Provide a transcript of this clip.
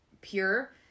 pure